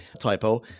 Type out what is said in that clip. typo